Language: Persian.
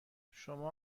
شما